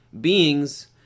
Beings